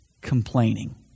complaining